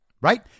right